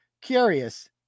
Curious